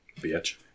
Bitch